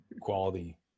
quality